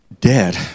dead